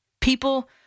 people